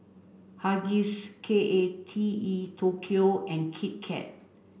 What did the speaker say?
Huggies K A T E Tokyo and Kit Kat